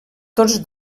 tots